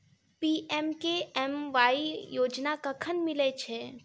PMKMY योजना कखन मिलय छै?